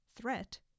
threat